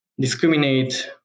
discriminate